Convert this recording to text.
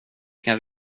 kan